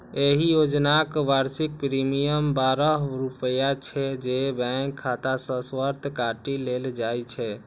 एहि योजनाक वार्षिक प्रीमियम बारह रुपैया छै, जे बैंक खाता सं स्वतः काटि लेल जाइ छै